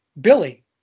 Billy